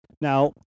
Now